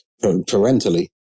parentally